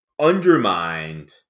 undermined